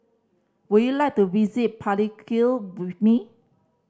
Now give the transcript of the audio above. would you like to visit Palikir with me